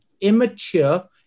immature